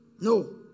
No